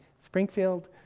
Springfield